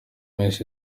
miss